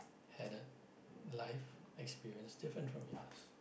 had a life experience different from yours